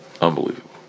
Unbelievable